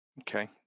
Okay